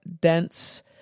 dense